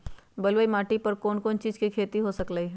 बलुई माटी पर कोन कोन चीज के खेती हो सकलई ह?